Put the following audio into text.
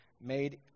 made